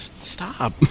Stop